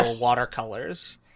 watercolors